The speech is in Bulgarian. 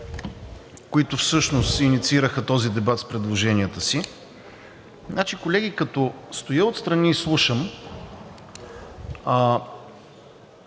които всъщност инициираха този дебат с предложенията си. Значи, колеги, като стоя отстрани и слушам,